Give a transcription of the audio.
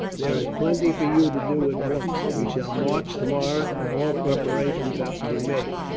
there is plenty for you to do, at once. we shall march tomorrow, and all preparations have to be made.